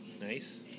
nice